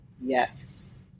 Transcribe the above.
Yes